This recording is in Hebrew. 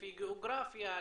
לפי גיאוגרפיה,